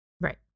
right